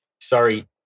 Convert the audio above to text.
Sorry